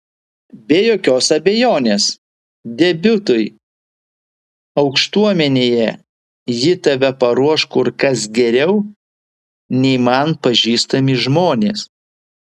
be jokios abejonės debiutui aukštuomenėje ji tave paruoš kur kas geriau nei man pažįstami žmonės